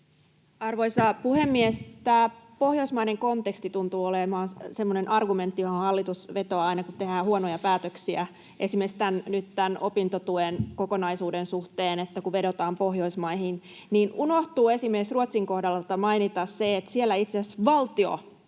Arvoisa puhemies! Tämä pohjoismainen konteksti tuntuu olevan semmoinen argumentti, johon hallitus vetoaa aina, kun tehdään huonoja päätöksiä, esimerkiksi nyt tämän opintotuen kokonaisuuden suhteen. Kun vedotaan Pohjoismaihin, niin unohtuu esimerkiksi Ruotsin kohdalla mainita se, että siellä itse asiassa valtio